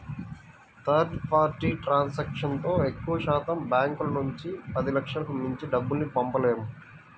third party ట్రాన్సాక్షన్తో ఎక్కువశాతం బ్యాంకుల నుంచి పదిలక్షలకు మించి డబ్బుల్ని పంపలేము